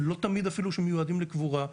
לא תמיד אפילו שמיועדים לקבורה,